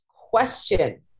question